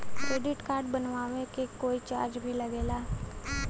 Credit card बनवावे के कोई चार्ज भी लागेला?